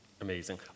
Amazing